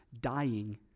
dying